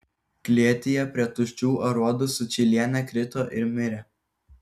klėtyje prie tuščių aruodų sučylienė krito ir mirė